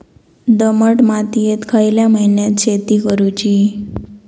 दमट मातयेत खयल्या महिन्यात शेती करुची?